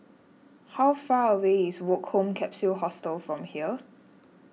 how far away is Woke Home Capsule Hostel from here